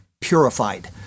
purified